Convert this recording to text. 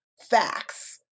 facts